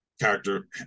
character